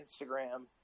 Instagram